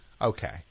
Okay